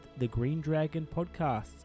thegreendragonpodcasts